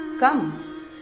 Come